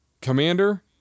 commander